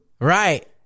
Right